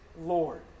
Lord